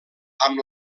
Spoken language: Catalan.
amb